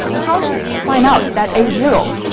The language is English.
how should we find out that a zero,